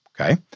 okay